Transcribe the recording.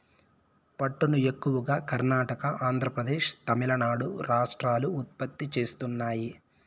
పట్టును ఎక్కువగా కర్ణాటక, ఆంద్రప్రదేశ్, తమిళనాడు రాష్ట్రాలు ఉత్పత్తి చేస్తున్నాయి